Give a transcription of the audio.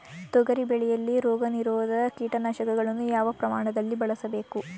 ತೊಗರಿ ಬೆಳೆಯಲ್ಲಿ ರೋಗನಿರೋಧ ಕೀಟನಾಶಕಗಳನ್ನು ಯಾವ ಪ್ರಮಾಣದಲ್ಲಿ ಬಳಸಬೇಕು?